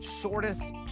shortest